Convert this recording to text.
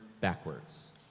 backwards